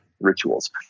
rituals